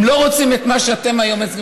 הם לא רוצים את מה שהיום אתם מייצגים,